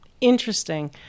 Interesting